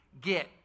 get